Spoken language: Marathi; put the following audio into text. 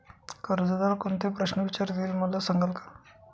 कर्जदार कोणते प्रश्न विचारतील, मला सांगाल का?